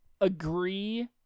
agree